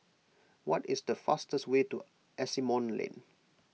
what is the fastest way to Asimont Lane